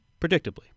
predictably